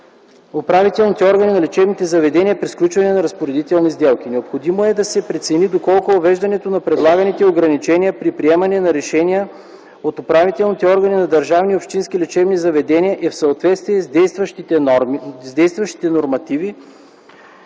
управителните органи на лечебните заведения при сключването на разпоредителни сделки. Необходимо е да се прецени доколко въвеждането на предлаганите ограничения при приемането на решения от управителните органи на държавните и общинските лечебни заведения е в съответствие с действащата нормативна